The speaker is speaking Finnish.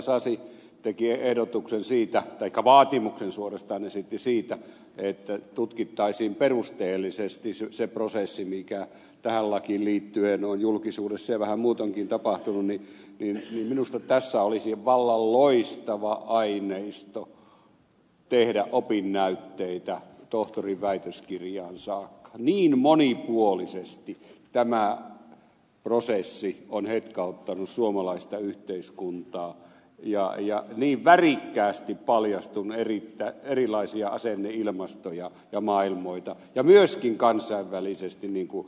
sasi teki ehdotuksen tai vaatimuksen suorastaan esitti siitä että tutkittaisiin perusteellisesti se prosessi mikä tähän lakiin liittyen on julkisuudessa ja vähän muutoinkin tapahtunut niin minusta tässä olisi vallan loistava aineisto tehdä opinnäytteitä tohtorinväitöskirjaan saakka niin monipuolisesti tämä prosessi on hetkauttanut suomalaista yhteiskuntaa ja niin värikkäästi paljastunut erilaisia asenneilmastoja ja maailmoita ja myöskin kansainvälisesti niin kuin ed